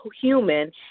human